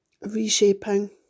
reshaping